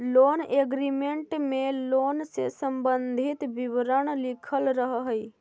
loan agreement में loan से संबंधित विवरण लिखल रहऽ हई